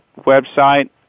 website